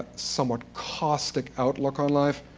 somewhat caustic outlook on life.